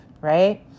right